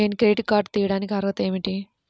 నేను credit card తీయడానికి అర్హత ఏమిటి?